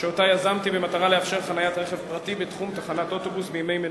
שיזמתי במטרה לאפשר חניית רכב פרטי בתחום תחנת אוטובוס בימי מנוחה.